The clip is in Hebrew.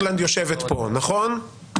אירלנד יושבת פה נכון?